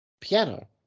Piano